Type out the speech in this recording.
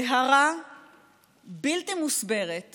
דהרה בלתי מוסברת